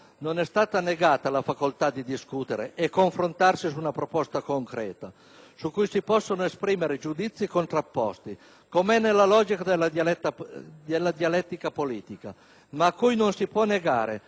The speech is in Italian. non è stata negata la facoltà di discutere e confrontarsi su una proposta concreta, su cui si possono esprimere giudizi contrapposti come è nella logica della dialettica politica, ma a cui non si può negare